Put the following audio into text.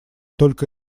только